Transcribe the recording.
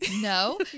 No